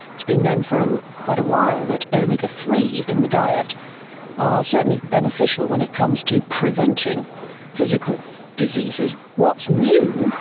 it's been known for quite a while that omega three in the diet are certainly beneficial when it comes to preventing physical diseases. what's new,